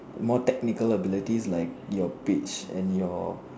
more technical abilities like your page and your